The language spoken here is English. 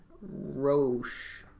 Roche